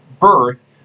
birth